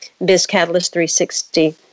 BizCatalyst360